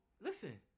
listen